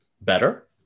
better